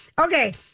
Okay